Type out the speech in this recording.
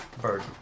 bird